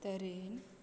तरेन